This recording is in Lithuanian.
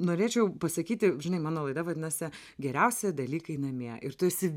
norėčiau pasakyti žinai mano laida vadinasi geriausi dalykai namie ir tu esi